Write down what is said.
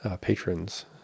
patrons